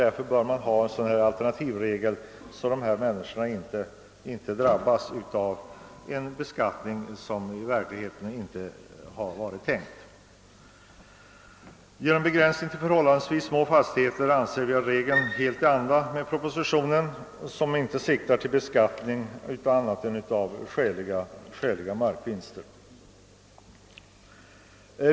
Därför bör vi ha denna alternativregel, så att dessa människor inte drabbas av en beskattning som man inte åsyftat. Genom begränsningen till förhållandevis små fastigheter kommer regeln helt att stå i överensstämmelse med propositionens anda, eftersom lagförslaget inte åsyftar annat än beskattning av större markvinster.